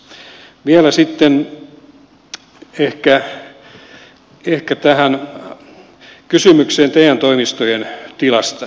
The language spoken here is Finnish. vielä sitten ehkä tähän kysymykseen te toimistojen tilasta